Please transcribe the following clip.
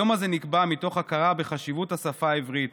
היום הזה נקבע מתוך הכרה בחשיבות השפה העברית